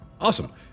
Awesome